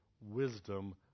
wisdom